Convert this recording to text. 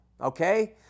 okay